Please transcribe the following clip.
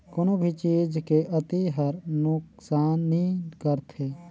कोनो भी चीज के अती हर नुकसानी करथे